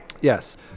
Yes